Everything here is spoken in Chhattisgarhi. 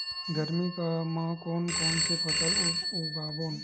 गरमी मा कोन कौन से फसल उगाबोन?